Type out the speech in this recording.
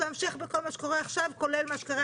וההמשך בכל מה שקורה עכשיו כולל מה שקרה